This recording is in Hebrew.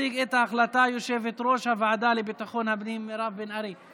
תציג את ההצעה יושבת-ראש הוועדה לביטחון הפנים מירב בן ארי.